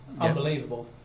unbelievable